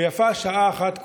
ויפה שעה אחת קודם.